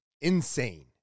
insane